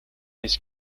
his